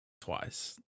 twice